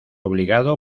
obligado